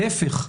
להפך,